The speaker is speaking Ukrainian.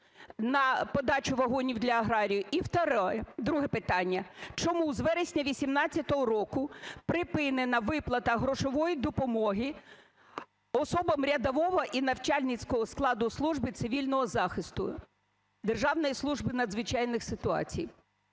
на подачу вагонів для аграріїв. І друге питання. Чому з вересня 18-го року припинена виплата грошової допомоги особам рядового і навчальницького складу Служби цивільного захисту Державної служби надзвичайних ситуацій,